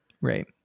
Right